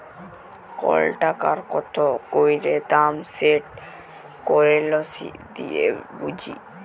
call টাকার কত ক্যইরে দাম সেট কারেলসি দিঁয়ে বুঝি